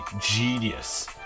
Genius